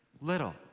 little